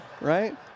Right